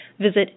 visit